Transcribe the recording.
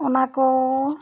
ᱚᱱᱟ ᱠᱚ